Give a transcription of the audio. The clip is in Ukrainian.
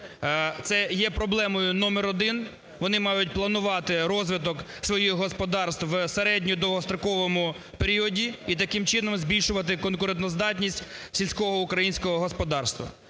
Це є проблемою номер один, вони мають планувати розвиток своїх господарств в середньому довгостроковому періоду і таким чином збільшувати конкурентоздатність сільського українського господарства.